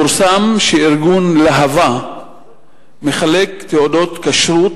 פורסם שארגון להב"ה מחלק תעודות כשרות